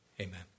Amen